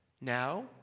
now